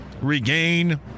regain